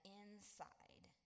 inside